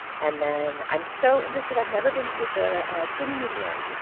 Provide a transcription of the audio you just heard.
and then i'm so interested. i've never been to the cluny museum,